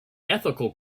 ethical